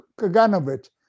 Kaganovich